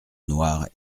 noire